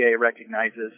recognizes